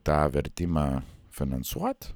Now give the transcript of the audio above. tą vertimą finansuot